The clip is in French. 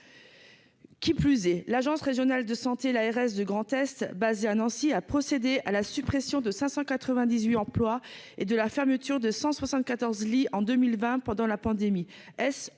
qui plus est, l'Agence Régionale de Santé l'ARS du Grand-Est basé à Nancy, a procédé à la suppression de 598 emploi et de la fermeture de 174 lits en 2020 pendant la pandémie